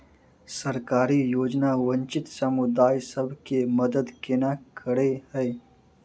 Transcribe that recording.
सरकारी योजना वंचित समुदाय सब केँ मदद केना करे है?